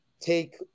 Take